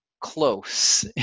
close